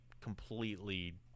completely